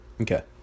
Okay